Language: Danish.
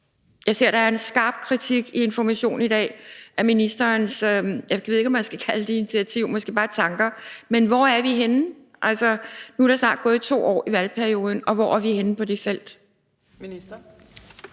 Jeg ser, der er en skarp kritik i Information i dag af ministerens, jeg ved ikke om man skal kalde det initiativ, måske bare tanker, men hvor er vi henne? Nu er der snart gået 2 år af valgperioden, og hvor er vi henne på det felt?